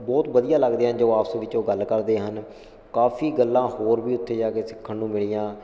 ਬਹੁਤ ਵਧੀਆ ਲੱਗਦੇ ਹਨ ਜੋ ਆਪਸ ਵਿੱਚ ਉਹ ਗੱਲ ਕਰਦੇ ਹਨ ਕਾਫੀ ਗੱਲਾਂ ਹੋਰ ਵੀ ਉੱਥੇ ਜਾ ਕੇ ਸਿੱਖਣ ਨੂੰ ਮਿਲੀਆਂ